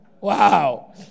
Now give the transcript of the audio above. Wow